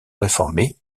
réformée